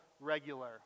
regular